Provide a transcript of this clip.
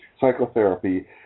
Psychotherapy